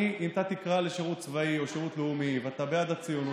אם אתה תקרא לשירות צבאי או שירות לאומי ואתה בעד הציונות,